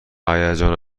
هیجان